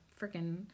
freaking